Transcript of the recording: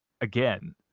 again